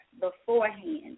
beforehand